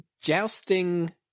jousting